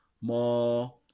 more